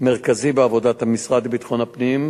מרכזי בעבודת המשרד לביטחון הפנים,